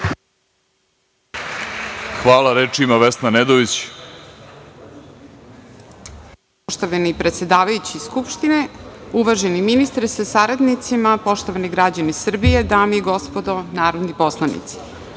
Hvala. Reč ima Vesna Nedović.